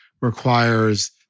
requires